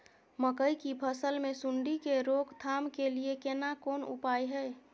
मकई की फसल मे सुंडी के रोक थाम के लिये केना कोन उपाय हय?